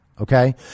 okay